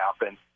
happen